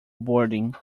boarding